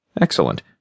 Excellent